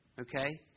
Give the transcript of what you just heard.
okay